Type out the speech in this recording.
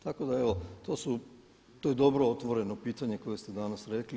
Tako da evo, to su, to je dobro otvoreno pitanje koje ste danas rekli.